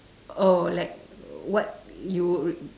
oh like what you would